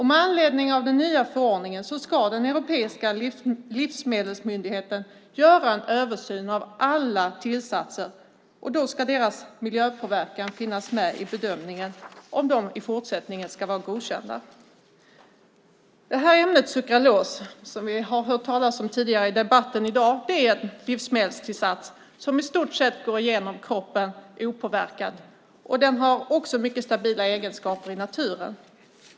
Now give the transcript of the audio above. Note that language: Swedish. Med anledning av den nya förordningen ska den europeiska livsmedelsmyndigheten göra en översyn av alla tillsatser. Då ska deras miljöpåverkan finnas med i bedömningen av om de i fortsättningen ska vara godkända. Ämnet sukralos, som vi har hört talas om tidigare i debatten i dag, är en livsmedelstillsats som i stort sett går igenom kroppen opåverkad. Den har också mycket stabila egenskaper i naturen.